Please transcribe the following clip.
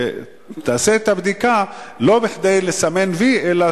שתעשה את הבדיקה לא כדי לסמן "וי" אלא